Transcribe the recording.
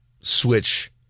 switch